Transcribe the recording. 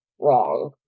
wrong